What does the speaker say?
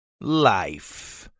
Life